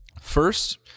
First